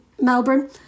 Melbourne